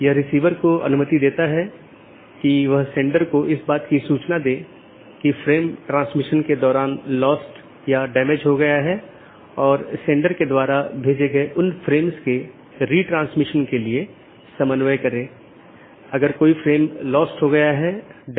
अब ऑटॉनमस सिस्टमों के बीच के लिए हमारे पास EBGP नामक प्रोटोकॉल है या ऑटॉनमस सिस्टमों के अन्दर के लिए हमारे पास IBGP प्रोटोकॉल है अब हम कुछ घटकों को देखें